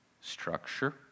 structure